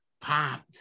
popped